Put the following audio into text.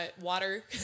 water